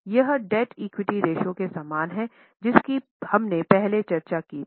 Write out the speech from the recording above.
यह डेब्ट equity ratio के समान है जिसकी हमने पहले चर्चा की थी